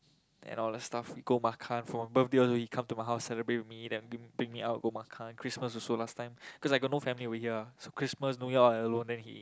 then all the stuff we go makan for birthday also he come to my house celebrate with me bring me out go makan Christmas also last time cause I got no family over here ah so Christmas New Year all I alone then he